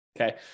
Okay